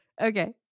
Okay